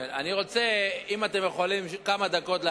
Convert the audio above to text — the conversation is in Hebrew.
אני רוצה, אם אתם יכולים להקשיב כמה דקות.